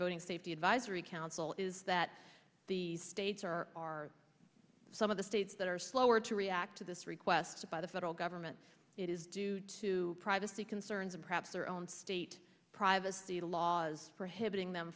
boating safety advisory council is that the states are some of the states that are slower to react to this request by the federal government it is due to privacy concerns and perhaps their own state privacy laws prohibiting them